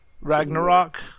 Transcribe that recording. Ragnarok